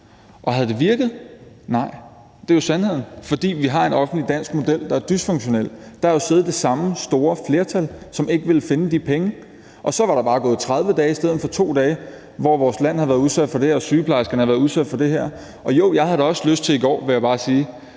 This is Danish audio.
Og havde det virket? Nej. Det er jo sandheden. For vi har en dansk model for det offentlige, der er dysfunktionel. Der havde jo siddet det samme store flertal, som ikke ville finde de penge, og så var der bare gået 30 dage i stedet for 2 dage, hvor vores land havde været udsat for det her og sygeplejerskerne havde været udsat for det her. Jo, jeg havde da også lyst til i går, vil jeg bare sige,